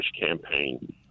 campaign